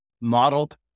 modeled